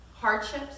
hardships